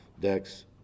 Dex